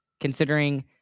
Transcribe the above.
considering